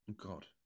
God